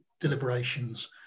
deliberations